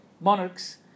monarchs